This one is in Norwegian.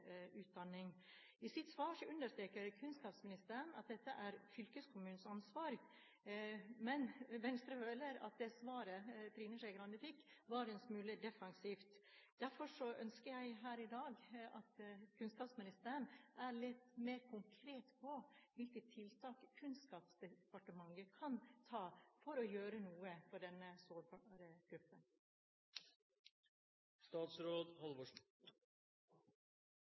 Utdanning. I sitt svar understreker kunnskapsministeren at dette er fylkeskommunens ansvar, men Venstre føler at det svaret Trine Skei Grande fikk, var en smule defensivt. Derfor ønsker jeg her i dag at kunnskapsministeren er litt mer konkret på hvilke tiltak Kunnskapsdepartementet kan komme med for å gjøre noe for denne sårbare gruppen.